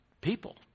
people